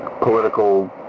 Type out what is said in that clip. political